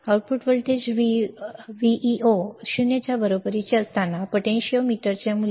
output voltage VO 0 च्या बरोबरीचे असताना पोटेंशियोमीटरचे मूल्य